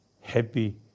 happy